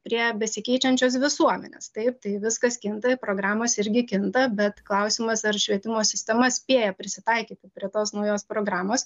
prie besikeičiančios visuomenės taip tai viskas kinta programos irgi kinta bet klausimas ar švietimo sistema spėja prisitaikyti prie tos naujos programos